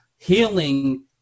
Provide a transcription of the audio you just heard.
healing